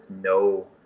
no